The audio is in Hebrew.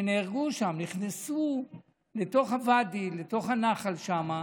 שנהרגו שם, נכנסו לתוך הוואדי, לתוך הנחל שם,